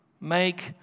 make